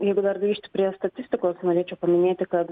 jeigu dar grįžt prie statistikos norėčiau paminėti kad